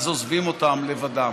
אז עוזבים אותם לבדם.